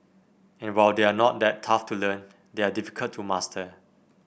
and while they are not that tough to learn they are difficult to master